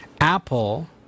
Apple